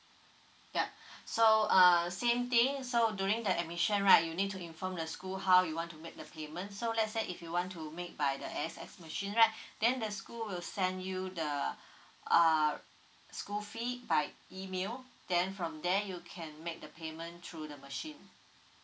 yup so uh same thing so during the admission right you need to inform the school how you want to make the payment so let's say if you want to make by the A_X_S machine right then the school will send you the err school fee by email then from there you can make the payment through the machine